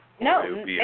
No